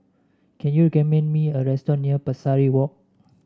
can you me a restaurant near Pesari Walk